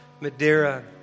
Madeira